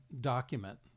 document